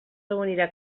reunirà